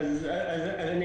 לא הייתי